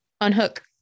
unhook